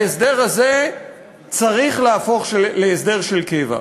ההסדר הזה צריך להפוך להסדר של קבע.